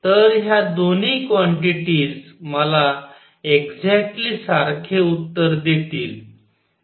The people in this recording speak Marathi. तर ह्या दोन्ही क्वांटिटिज मला एगझॅक्टली सारखे उत्तर देतील